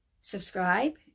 subscribe